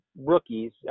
rookies